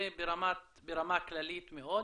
זה ברמה כללית מאוד.